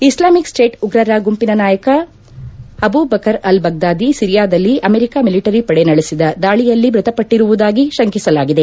Islamic State ಉಗ್ರರ ಗುಂಪಿನ ನಾಯಕ ಅಬು ಬಕರ್ ಅಲ್ ಬಗ್ಗಾದಿ ಸಿರಿಯಾದಲ್ಲಿ ಅಮೆರಿಕ ಮಿಲಿಟರಿ ಪಡೆ ನಡೆಸಿದ ದಾಳಿಯಲ್ಲಿ ಮ್ಪತಪಟ್ಟಿರುವುದಾಗಿ ಶಂಕಿಸಲಾಗಿದೆ